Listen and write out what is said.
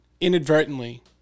inadvertently